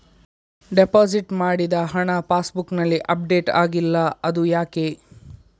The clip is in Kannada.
ಡೆಪೋಸಿಟ್ ಮಾಡಿದ ಹಣ ಪಾಸ್ ಬುಕ್ನಲ್ಲಿ ಅಪ್ಡೇಟ್ ಆಗಿಲ್ಲ ಅದು ಯಾಕೆ?